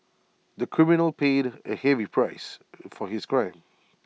the criminal paid A heavy price for his crime